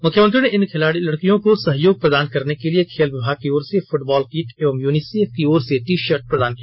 मुख्यमंत्री ने इन लड़कियों को सहयोग प्रदान करने के लिए खेल विभाग की ओर से फुटबॉल किट एवं यूनिसेफ ैकी ओर से टी शर्ट्स प्रदान किया